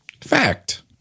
Fact